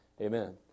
Amen